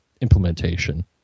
implementation